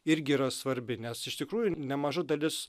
irgi yra svarbi nes iš tikrųjų nemaža dalis